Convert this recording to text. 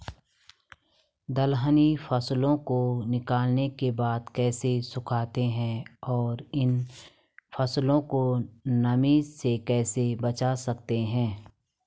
दलहनी फसलों को निकालने के बाद कैसे सुखाते हैं और इन फसलों को नमी से कैसे बचा सकते हैं?